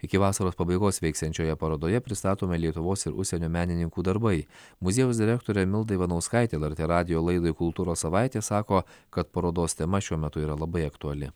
iki vasaros pabaigos veiksiančioje parodoje pristatomi lietuvos ir užsienio menininkų darbai muziejaus direktorė milda ivanauskaitė lrt radijo laidai kultūros savaitė sako kad parodos tema šiuo metu yra labai aktuali